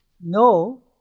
No